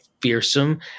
fearsome